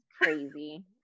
Crazy